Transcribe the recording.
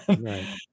Right